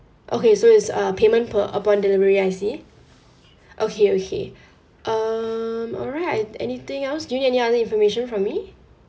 okay so it's uh payment per upon delivery I see okay okay um alright anything else do you need any other information from me